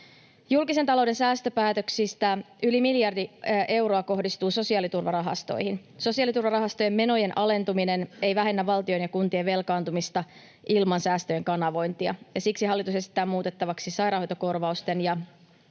Julkisen talouden säästöpäätöksistä yli miljardi euroa kohdistuu sosiaaliturvarahastoihin. Sosiaaliturvarahastojen menojen alentuminen ei vähennä valtion ja kuntien velkaantumista ilman säästöjen kanavointia, ja siksi hallitus esittää muutettavaksi sairaanhoitokorvausten ja